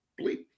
bleep